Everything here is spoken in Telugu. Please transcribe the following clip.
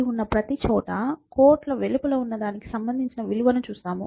d ఉన్న ప్రతిచోటా కోట్ ల వెలుపల ఉన్న దానికి సంబందించిన విలువను చూస్తారు